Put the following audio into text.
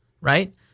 Right